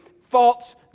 false